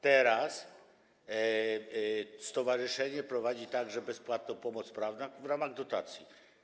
Teraz stowarzyszenie prowadzi także bezpłatną pomoc prawną w ramach dotacji.